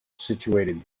situated